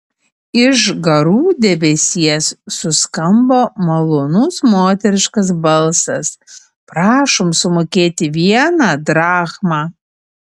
iš garų debesies suskambo malonus moteriškas balsas prašom sumokėti vieną drachmą